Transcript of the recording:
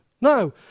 No